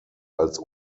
als